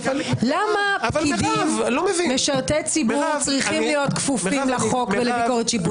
למה משרתי ציבור צריכים להיות כפופים לחוק ולביקורת שיפוטית